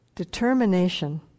determination